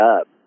up